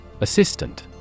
Assistant